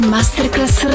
Masterclass